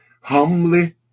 humbly